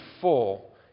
full